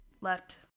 left